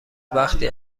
وقتی